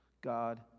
God